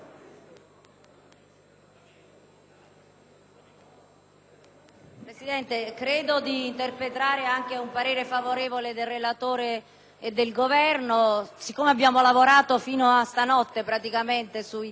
Presidente, credo di interpretare anche un parere favorevole del relatore e del Governo, dal momento che abbiamo lavorato fino a questa notte sui testi, sia noi che il Governo per